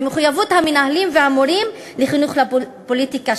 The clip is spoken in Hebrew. במחויבות המנהלים והמורים לחינוך לפוליטיקה,